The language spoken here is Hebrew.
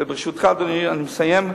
וברשותך, אדוני, אני מסיים.